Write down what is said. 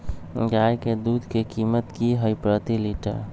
गाय के दूध के कीमत की हई प्रति लिटर?